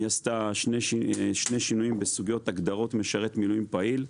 היא עשתה שני שינויים בסוגיות הגדרות משרת מילואים פעיל,